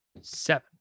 Seven